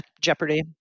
Jeopardy